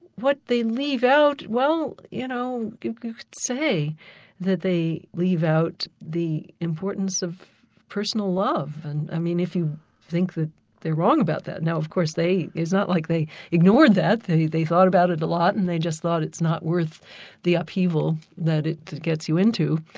what they leave out? well, you know, you could say that they leave out the importance of personal love, and i mean if you think that they're wrong about that, now of course it's not like they ignored that, they they thought about it a lot, and they just thought it's not worth the upheaval that it gets you into.